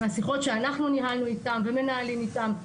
מהשיחות שאנחנו ניהלנו איתם ומנהלים איתם,